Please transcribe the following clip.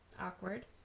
Awkward